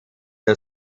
der